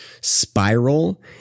spiral